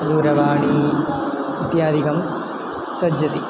दूरवाणी इत्यादिकं सज्जते